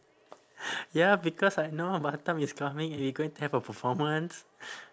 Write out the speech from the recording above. ya because I know batam is coming and we going to have a performance